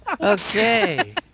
Okay